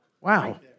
Wow